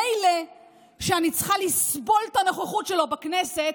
מילא שאני צריכה לסבול את הנוכחות שלו בכנסת,